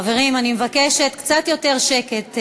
חברים, אני מבקשת קצת יותר שקט.